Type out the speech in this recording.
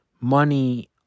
money